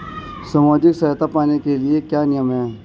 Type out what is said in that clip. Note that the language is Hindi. सामाजिक सहायता पाने के लिए क्या नियम हैं?